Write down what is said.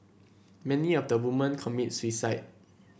many of the woman commit suicide